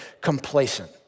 complacent